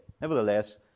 Nevertheless